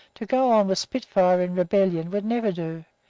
to go on with spitfire in rebellion would never do,